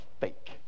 fake